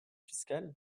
fiscal